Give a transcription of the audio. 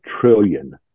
trillion